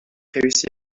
réussit